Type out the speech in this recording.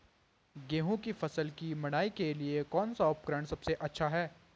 गेहूँ की फसल की मड़ाई के लिए कौन सा उपकरण सबसे अच्छा है?